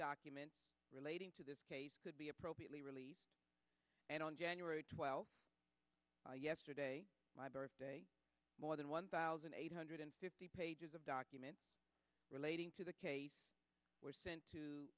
documents relating to this case could be appropriately release and on january twelfth yesterday my birthday more than one thousand eight hundred fifty pages of documents relating to the case w